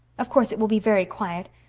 of course it will be very quiet.